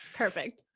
perfect.